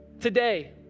Today